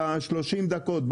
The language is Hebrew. ב-30 דקות,